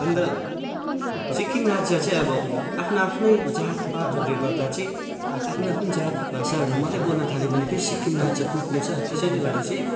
अन्त सिक्किम राज्य चाहिँ अब आफ्नो आफ्नै जातपातहरूले गर्दा चाहिँ आफ्नो आफ्नो जात भाषाहरू मात्रै बोल्न थाल्यो भने फेरि चाहिँ सिक्किम राज्य टुट्ने छ त्यसैले गर्दा चाहिँ